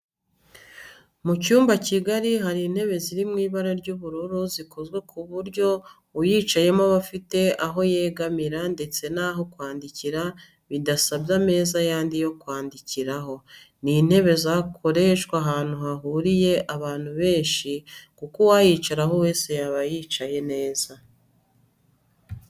Mu cyumba kigari hari intebe ziri mu ibara ry'ubururu zikozwe ku buryo uyicayeho aba afite aho yegamira ndetse n'aho kwandikira bidasabye ameza yandi yo kwandikiraho. Ni intebe zakoreshwa ahantu hahuriye abantu benshi kuko uwayicaraho wese yaba yicaye neza